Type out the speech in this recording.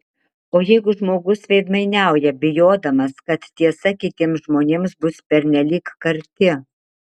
o jeigu žmogus veidmainiauja bijodamas kad tiesa kitiems žmonėms bus pernelyg karti